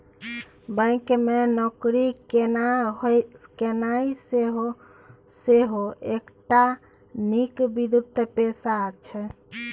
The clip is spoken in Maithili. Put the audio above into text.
बैंक मे नौकरी केनाइ सेहो एकटा नीक वित्तीय पेशा छै